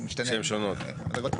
שהן שונות.